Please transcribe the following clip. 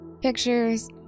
pictures